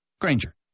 Granger